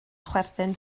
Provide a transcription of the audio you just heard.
chwerthin